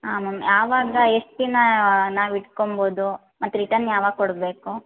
ಹಾಂ ಮ್ಯಾಮ್ ಯಾವಾಗ ಎಷ್ಟು ದಿನ ನಾವು ಇಟ್ಕೊಬೌದು ಮತ್ತು ರಿಟರ್ನ್ ಯಾವಾಗ ಕೊಡಬೇಕು